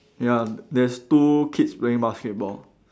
ya there's two kids playing basketball